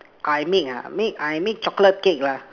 I make ah I make I make chocolate cake lah